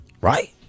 Right